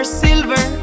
silver